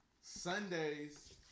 Sundays